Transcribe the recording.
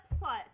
website